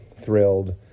thrilled